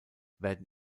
werden